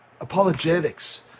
apologetics